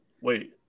wait